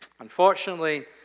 Unfortunately